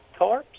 Tarps